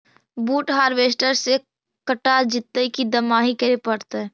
बुट हारबेसटर से कटा जितै कि दमाहि करे पडतै?